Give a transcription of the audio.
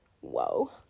whoa